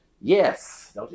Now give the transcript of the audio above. Yes